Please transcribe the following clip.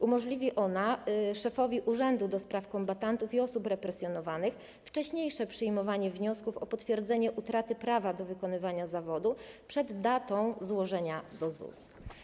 Umożliwi ona szefowi Urzędu do Spraw Kombatantów i Osób Represjonowanych wcześniejsze przyjmowanie wniosków o potwierdzenie utraty prawa do wykonywania zawodu przed datą złożenia do ZUS.